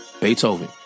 Beethoven